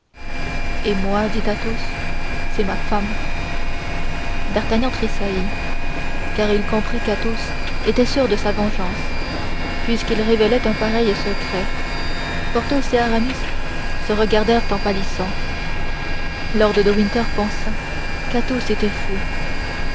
et moi dit athos c'est ma femme d'artagnan tressaillit car il comprit qu'athos était sûr de sa vengeance puisqu'il révélait un pareil secret porthos et aramis se regardèrent en pâlissant lord de winter pensa qu'athos était fou